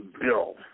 Bill